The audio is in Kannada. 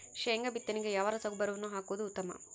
ಶೇಂಗಾ ಬಿತ್ತನೆಗೆ ಯಾವ ರಸಗೊಬ್ಬರವನ್ನು ಹಾಕುವುದು ಉತ್ತಮ?